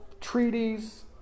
treaties